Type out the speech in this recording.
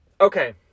Okay